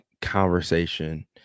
conversation